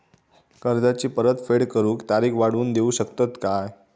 कर्जाची परत फेड करूक तारीख वाढवून देऊ शकतत काय?